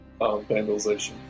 vandalization